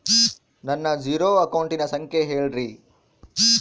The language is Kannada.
ನನ್ನ ಜೇರೊ ಅಕೌಂಟಿನ ಸಂಖ್ಯೆ ಹೇಳ್ರಿ?